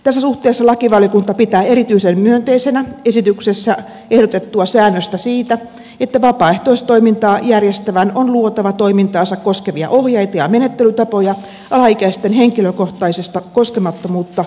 tässä suhteessa lakivaliokunta pitää erityisen myönteisenä esityksessä ehdotettua säännöstä siitä että vapaaehtoistoimintaa järjestävän on luotava toimintaansa koskevia ohjeita ja menettelytapoja alaikäisten henkilökohtaista koskemattomuutta turvaavista toimista